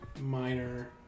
Minor